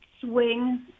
swing